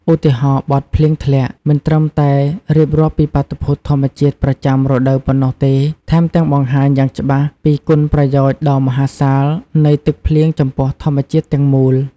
ឧទាហរណ៍បទ "ភ្លៀងធ្លាក់" មិនត្រឹមតែរៀបរាប់ពីបាតុភូតធម្មជាតិប្រចាំរដូវប៉ុណ្ណោះទេ ថែមទាំងបង្ហាញយ៉ាងច្បាស់ពីគុណប្រយោជន៍ដ៏មហាសាល នៃទឹកភ្លៀងចំពោះធម្មជាតិទាំងមូល។